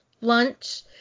lunch